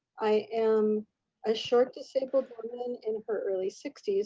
i am a short disabled woman in her early sixty s,